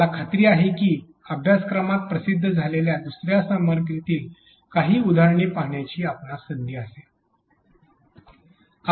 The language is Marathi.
मला खात्री आहे की या अभ्यासक्रमात प्रसिद्ध झालेल्या दुसर्या सामग्रीतील काही उदाहरणे पाहण्याची आपणास संधी असेल